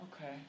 Okay